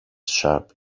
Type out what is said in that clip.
sharp